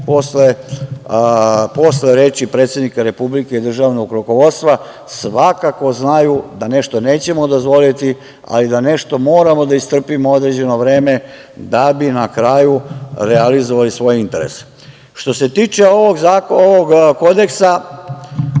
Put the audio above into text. posle reči predsednika Republike i državnog rukovodstva, svakako znaju da nešto nećemo dozvoliti, ali da nešto moramo da istrpimo određeno vreme da bi na kraju realizovali svoje interese. Što se tiče ovog Kodeksa,